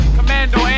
commando